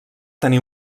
tenir